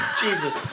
Jesus